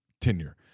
tenure